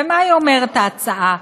ומה אומרת ההצעה?